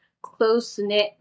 close-knit